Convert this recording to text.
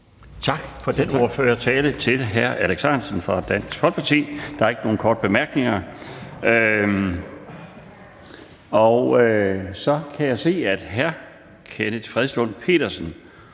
Tak for den ordførertale til hr. Alex Ahrendtsen fra Dansk Folkeparti. Der er ikke nogen korte bemærkninger. Og så kan jeg se, at hr. Kenneth Fredslund Petersen